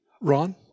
Ron